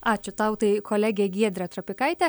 ačiū tau tai kolegė giedrė trapikaitė